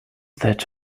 that